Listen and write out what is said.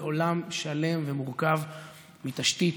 זה עולם שלם ומורכב מתשתית,